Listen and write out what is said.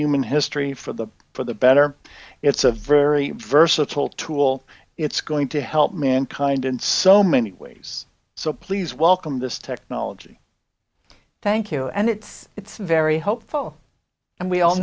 human history for the for the better it's a very versatile tool it's going to help mankind in so many ways so please welcome this technology thank you and it's it's very hopeful and we all